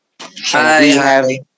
hi